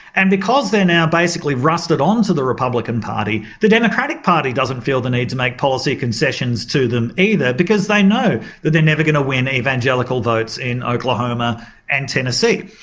and because they're now basically rusted on to the republican party the democratic party doesn't feel the need to make policy concessions to them either, because they know that they're never going to win evangelical votes in oklahoma and tennessee.